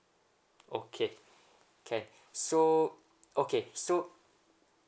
okay can so okay so